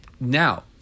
Now